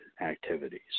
activities